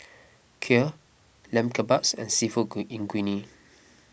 Kheer Lamb Kebabs and Seafood Linguine